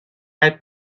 had